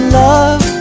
love